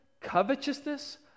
covetousness